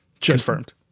Confirmed